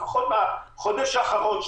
לפחות מהחודש האחרון,